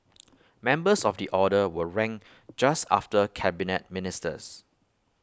members of the order were ranked just after Cabinet Ministers